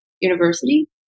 university